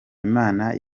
imana